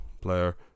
player